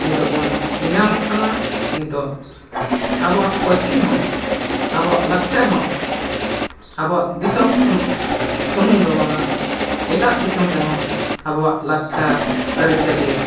ᱱᱤᱛᱚᱜ ᱵᱚᱱ ᱧᱮᱞ ᱧᱟᱢᱚᱜ ᱠᱟᱱᱟ ᱱᱤᱛᱚᱜ ᱟᱵᱚᱣᱟᱜ ᱯᱟᱹᱨᱥᱤ ᱦᱚᱸ ᱟᱵᱚᱣᱟᱜ ᱞᱟᱠᱪᱟᱨ ᱦᱚᱸ ᱟᱵᱚᱣᱟᱜ ᱫᱤᱥᱚᱢ ᱥᱩᱢᱩᱝ ᱫᱚ ᱵᱟᱝᱟ ᱮᱴᱟᱜ ᱫᱤᱥᱚᱢ ᱨᱮᱦᱚᱸ ᱟᱵᱚᱣᱟᱜ ᱞᱟᱠᱪᱟᱨ ᱟᱹᱨᱤ ᱪᱟᱹᱞᱤ